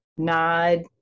nod